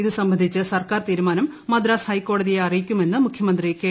ഇതുസംബന്ധിച്ച് സർക്കാർ തീരുമാനം മദ്രാസ് ഹൈക്കോടതിയെ അറിയിക്കുമെന്ന് മുഖ്യമന്ത്രി കെ